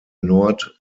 nord